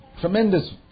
tremendous